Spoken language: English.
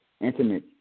intimate